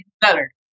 better